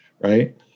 right